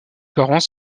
parents